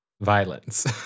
Violence